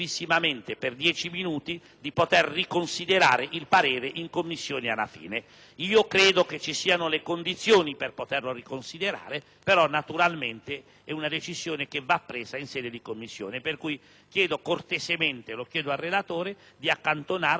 Credo che ci siano le condizioni per poterlo riesaminare, però naturalmente è una decisione che va presa in sede di Commissione, per cui chiedo cortesemente al relatore di accantonarlo, di esaminarlo per ultimo, e lo riconsidereremo in Commissione alla fine dei lavori.